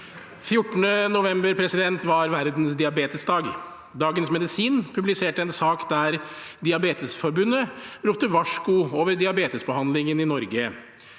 14. november var verdens diabetesdag. Dagens Medisin publiserte en sak der Diabetesforbundet roper et varsko om diabetesbehandlingen i Norge.